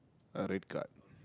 a red card